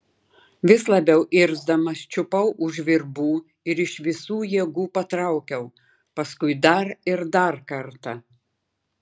vis labiau irzdamas čiupau už virbų ir iš visų jėgų patraukiau paskui dar ir dar kartą